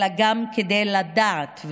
אלא לדעת,